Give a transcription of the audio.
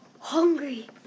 Hungry